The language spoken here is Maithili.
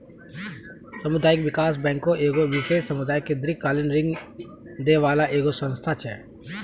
समुदायिक विकास बैंक एगो विशेष समुदाय के दीर्घकालिन ऋण दै बाला एगो संस्था छै